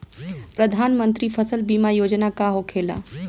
प्रधानमंत्री फसल बीमा योजना का होखेला?